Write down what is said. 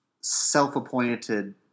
self-appointed